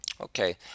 Okay